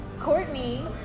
Courtney